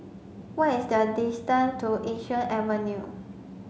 what is the distance to Yishun Avenue